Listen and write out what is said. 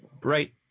bright